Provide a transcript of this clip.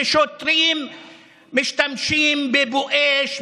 כששוטרים משתמשים בבואש,